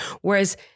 Whereas